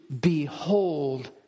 behold